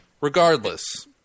Regardless